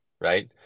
Right